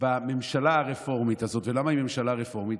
בממשלה הרפורמית הזאת, ולמה היא ממשלה רפורמית?